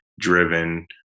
driven